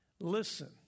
Listen